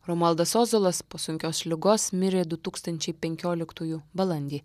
romualdas ozolas po sunkios ligos mirė du tūkstančiai penkioliktųjų balandį